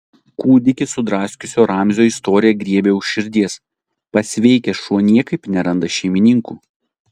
kūdikį sudraskiusio ramzio istorija griebia už širdies pasveikęs šuo niekaip neranda šeimininkų